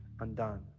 undone